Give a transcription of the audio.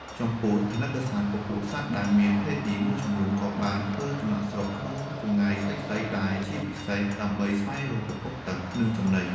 ចំពោះ ថនិកសត្វ ពពួកសត្វដែលមានភេទញី មួយចំនួនក៏បានធ្វើចំណាកស្រុកក្នុងចម្ងាយខ្លីៗដែរ ជាពិសេសដើម្បីស្វែងរកប្រភពទឹក និងចំណី។